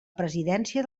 presidència